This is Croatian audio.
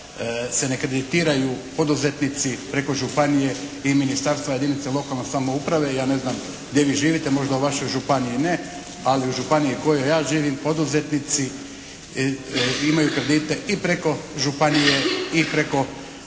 se ne kreditiraju poduzetnici preko županije i ministarstva jedinice lokalne samouprave, ja ne znam gdje vi živite, možda u vašoj županiji ne, ali u županiji u kojoj ja živim poduzetnici imaju kredite i preko županije i preko